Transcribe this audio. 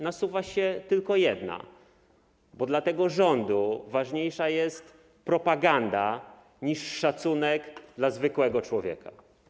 Nasuwa się tylko jedna odpowiedź: bo dla tego rządu ważniejsza jest propaganda niż szacunek dla zwykłego człowieka.